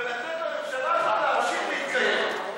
ולתת לממשלה הזאת להמשיך להתקיים.